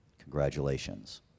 Congratulations